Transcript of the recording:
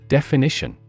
Definition